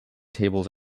tables